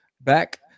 back